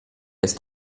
ist